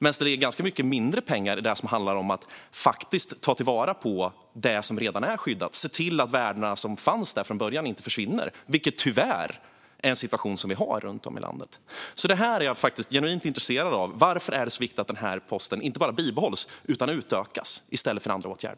Men det är ganska mycket mindre pengar till det som handlar om att faktiskt ta till vara det som redan är skyddat och se till att de värden som fanns där från början inte försvinner, vilket tyvärr är en situation som vi har runt om i landet. Detta är jag alltså genuint intresserad av. Varför är det så viktigt att denna post, i stället för andra åtgärder, inte bara bibehålls utan utökas?